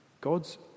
God's